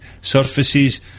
surfaces